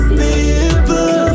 people